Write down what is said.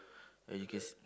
and you can see